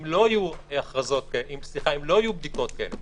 אם לא יהיו בדיקות כאלה,